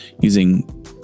using